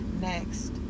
next